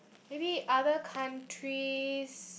maybe other countries